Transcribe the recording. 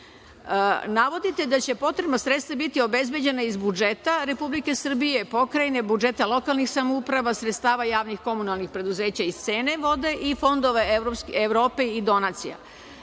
desilo. Navodite da će potrebna sredstva biti obezbeđena iz budžeta Republike Srbije, pokrajine, budžeta lokalnih samouprava, sredstva javnih komunalnih preduzeća i cene vode i fondove Evrope i donacija.